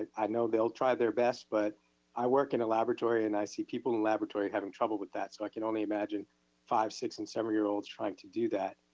i know they'll try their best, but i work in a laboratory and i see people in laboratory having trouble with that. so i can only imagine five, six, and seven year olds trying to do that.